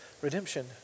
redemption